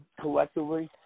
collectively